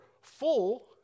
full